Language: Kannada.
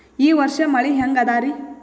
ಈ ವರ್ಷ ಮಳಿ ಹೆಂಗ ಅದಾರಿ?